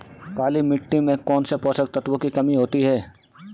काली मिट्टी में कौनसे पोषक तत्वों की कमी होती है?